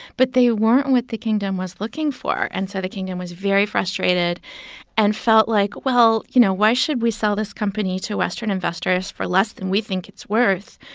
but they weren't what the kingdom was looking for. and so the kingdom was very frustrated and felt like, well, you know, why should we sell this company to western investors for less than we think it's worth?